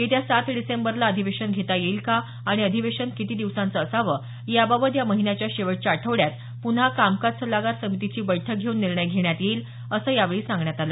येत्या सात डिसेंबरला अधिवेशन घेता येईल का आणि अधिवेशन किती दिवसांचं असावं याबाबत या महिन्याच्या शेवटच्या आठवड्यात पुन्हा कामकाज सल्लागार समितीची बैठक घेऊन निर्णय घेण्यात येईल असं यावेळी सांगण्यात आलं